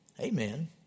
Amen